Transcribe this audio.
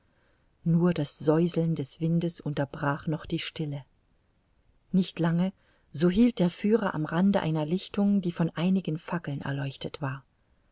nur das säuseln des windes unterbrach noch die stille nicht lange so hielt der führer am rande einer lichtung die von einigen fackeln erleuchtet war